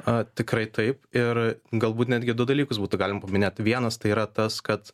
a tikrai taip ir galbūt netgi du dalykus būtų galima paminėt vienas tai yra tas kad